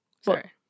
Sorry